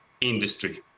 industry